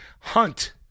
Hunt